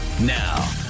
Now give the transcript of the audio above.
Now